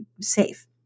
safe